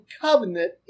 covenant